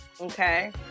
Okay